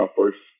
first